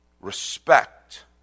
Respect